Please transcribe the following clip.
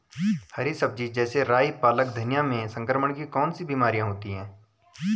हरी सब्जी जैसे राई पालक धनिया में संक्रमण की कौन कौन सी बीमारियां होती हैं?